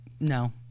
No